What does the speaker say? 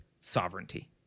sovereignty